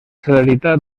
celeritat